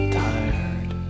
tired